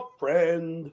friend